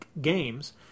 games